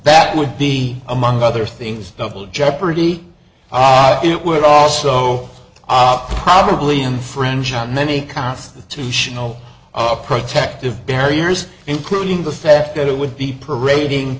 that would be among other things double jeopardy it would also probably in french on many constitutional protective barriers including the fact that it would be parading